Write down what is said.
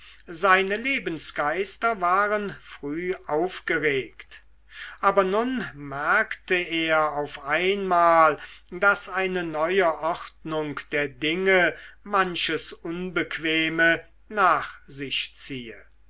seine lebensgeister waren früh aufgeregt aber nun merkte er auf einmal daß eine neue ordnung der dinge manches unbequeme nach sich ziehe